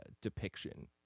depiction